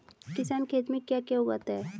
किसान खेत में क्या क्या उगाता है?